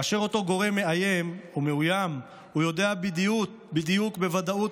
כאשר אותו גורם מאוים הוא יודע בדיוק ובוודאות